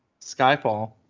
Skyfall